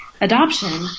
adoption